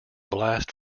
blast